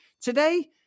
Today